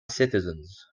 citizens